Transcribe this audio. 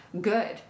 good